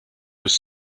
was